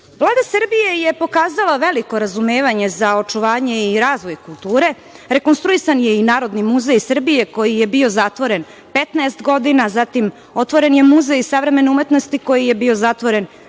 Srbije je pokazala veliko razumevanje za očuvanje i razvoj kulture. Rekonstruisan je i Narodni muzej Srbije koji je bio zatvoren 15 godina, a zatim otvoren je Muzej savremene umetnosti koji je bio zatvoren